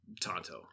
tonto